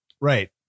Right